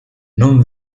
non